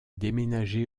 déménagé